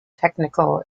technical